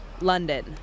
London